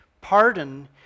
Pardon